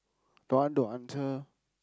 don't want to answer